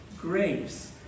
grace